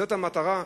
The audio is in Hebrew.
זאת המטרה?